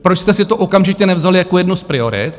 Proč jste si to okamžitě nevzali jako jednu z priorit?